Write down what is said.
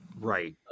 Right